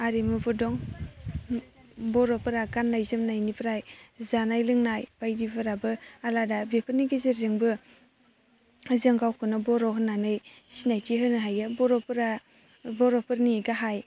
आरिमुफोर दं बर'फोरा गाननाय जोमनायनिफ्राय जानाय लोंनाय बायदिफोराबो आलादा बेफोरनि गेजेरजोंबो जों गावखौनो बर' होननानै सिनायथि होनो हायो बर'फोरा बर'फोरनि गाहाय